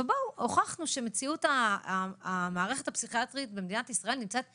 הוכחנו שהמערכת הפסיכיאטרית במדינת ישראל נמצאת במשבר,